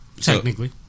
Technically